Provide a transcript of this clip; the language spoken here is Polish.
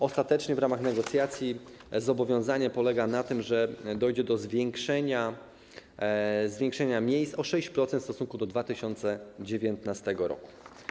Ostatecznie w ramach negocjacji zobowiązanie polega na tym, że dojdzie do zwiększenia miejsc o 6% w stosunku do 2019 r.